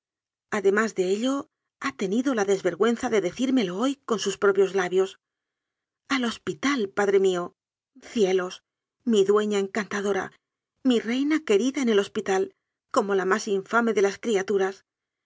además de ello ha tenido la desvergüenza de decírmelo hoy con sus propios labios i al hospital padre mío cielos mi dueña encantadora mi reina querida en el hospital como la más infame de las criatu